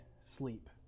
sleep